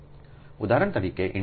ઉદાહરણ તરીકે induction motors